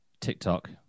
TikTok